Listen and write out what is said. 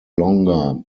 longer